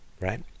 right